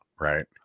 right